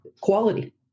quality